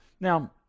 Now